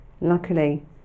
Luckily